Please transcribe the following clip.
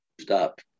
Stop